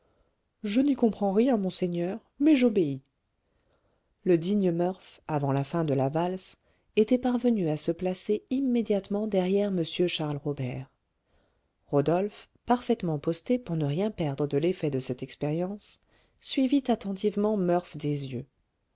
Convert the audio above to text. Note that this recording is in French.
je n'y comprends rien monseigneur mais j'obéis le digne murph avant la fin de la valse était parvenu à se placer immédiatement derrière m charles robert rodolphe parfaitement posté pour ne rien perdre de l'effet de cette expérience suivit attentivement murph des yeux